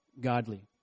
godly